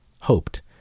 hoped